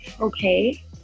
Okay